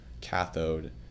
cathode